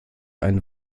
einen